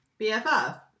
BFF